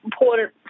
important